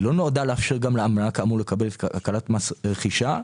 היא לא נועדה לאפשר גם לאלמנה כאמור לקבל הקלת מס רכישה.